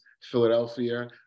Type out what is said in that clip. Philadelphia